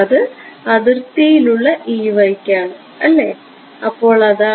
അത് അതിർത്തിയിലുള്ള യ്ക്കാണ് അല്ലേ അപ്പോൾ അതാണ്